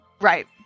Right